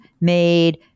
made